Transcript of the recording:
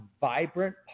vibrant